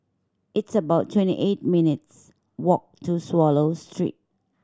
it's about twenty eight minutes' walk to Swallow Street